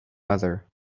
mother